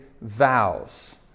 vows